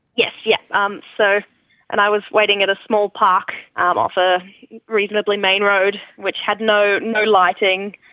yes. yeah um so and i was waiting at a small park um off a reasonably main road which had no no lighting,